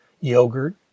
Yogurt